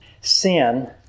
sin